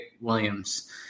Williams